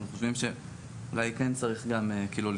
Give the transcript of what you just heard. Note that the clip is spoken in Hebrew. אנחנו חושבים שאולי כן צריך גם לבחון,